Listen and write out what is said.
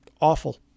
awful